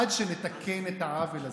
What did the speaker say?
עד שנתקן את העוול הזה,